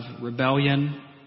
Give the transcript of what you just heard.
rebellion